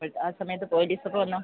ഒരു ആ സമയത്ത് പോലീസൊക്ക വന്നോ